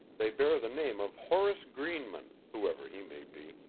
they bear the name of horace greenman, whoever he may be,